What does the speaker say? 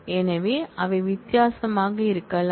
எனவே அவை வித்தியாசமாக இருக்கலாம்